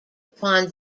upon